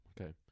Okay